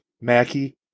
Mackie